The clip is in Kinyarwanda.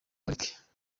parike